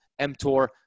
mTOR